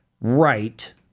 right